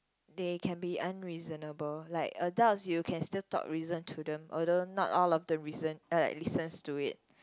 they can be unreasonable like adults you can still talk reason to them although not all of them reasons uh listens to it